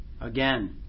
again